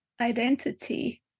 identity